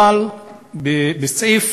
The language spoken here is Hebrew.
בסעיף